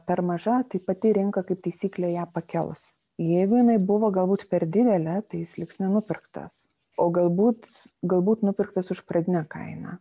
per maža tai pati rinka kaip taisyklė ją pakels jeigu jinai buvo galbūt per didelė tai jis liks nenupirktas o galbūt galbūt nupirktas už pradinę kainą